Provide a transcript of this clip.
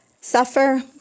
suffer